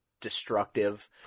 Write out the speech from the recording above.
destructive